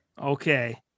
Okay